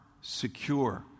secure